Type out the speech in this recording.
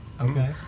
Okay